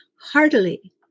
heartily